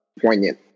poignant